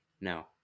no